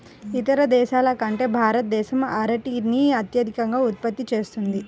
ఇతర దేశాల కంటే భారతదేశం అరటిని అత్యధికంగా ఉత్పత్తి చేస్తుంది